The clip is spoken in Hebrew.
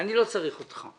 אני לא צריך אותך.